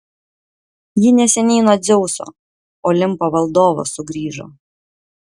ji neseniai nuo dzeuso olimpo valdovo sugrįžo